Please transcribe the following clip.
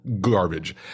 garbage